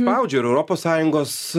baudžia ir europos sąjungos